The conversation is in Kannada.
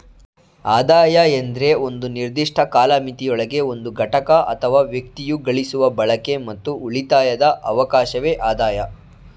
ಆದಾಯ ಎಂದ್ರೆ ಒಂದು ನಿರ್ದಿಷ್ಟ ಕಾಲಮಿತಿಯೊಳಗೆ ಒಂದು ಘಟಕ ಅಥವಾ ವ್ಯಕ್ತಿಯು ಗಳಿಸುವ ಬಳಕೆ ಮತ್ತು ಉಳಿತಾಯದ ಅವಕಾಶವೆ ಆದಾಯ